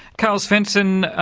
carl svensson,